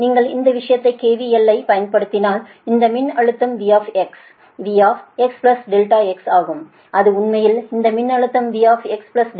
நீங்கள் இந்த விஷயத்தை KVL ஐப் பயன்படுத்தினால் இந்த மின்னழுத்தம் V V x ∆x ஆகும் அது உண்மையில் இந்த மின்னழுத்தம் V x ∆x